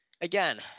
again